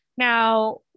Now